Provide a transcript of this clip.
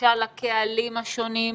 הנגשה לקהלים השונים,